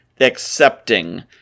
accepting